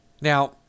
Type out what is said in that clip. Now